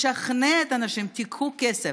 לשכנע את האנשים: קחו כסף.